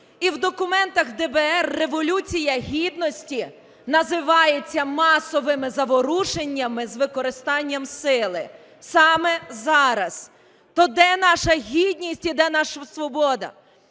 і в документах ДБР Революція Гідності називається масовими заворушеннями з використанням сили, саме зараз. То де наша гідність і де наша свобода?